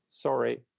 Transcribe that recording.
sorry